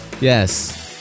Yes